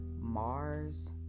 Mars